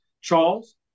Charles